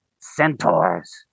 centaurs